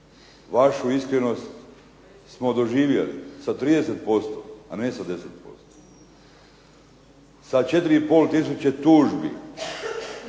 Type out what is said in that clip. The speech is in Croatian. vašu iskrenost smo doživjeli sa 30%, a ne sa 10%. Sa 4,5 tisuće